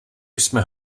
jsme